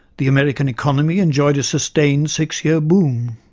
the american economy enjoyed a sustained six-year boom,